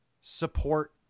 support